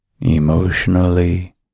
emotionally